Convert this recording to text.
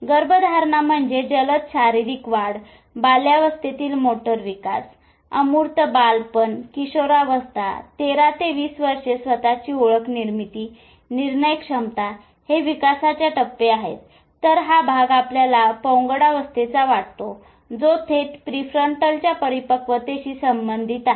गर्भधारणा म्हणजे जलद शारीरिक वाढ बाल्याअवस्थेतील मोटर विकास अमूर्त बालपण किशोरावस्था 13 ते 20 वर्षे स्वतःची ओळख निर्मिती निर्णय क्षमता हे विकासाच्या टप्पे आहेत तर हा भाग आपल्याला पौगंडावस्थेचा वाटतोजो थेट प्रीफ्रंटलच्या परिपक्वतेशी संबंधित आहे